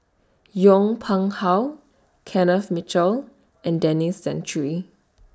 Yong Pung How Kenneth Mitchell and Denis Santry